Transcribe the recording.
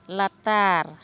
ᱞᱟᱛᱟᱨ